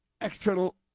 external